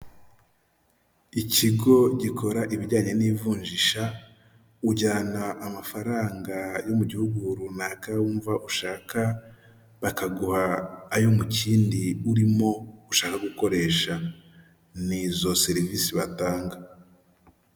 Ikigo gikora ibijyanye n'ivunjisha ujyana amafaranga yo mu gihugu runaka wumva ushaka bakaguha ayo mu kindi urimo ushaka gukoresha, n'izo serivisi batanga.